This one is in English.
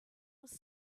was